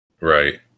Right